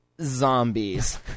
zombies